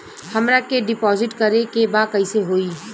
हमरा के डिपाजिट करे के बा कईसे होई?